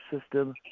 system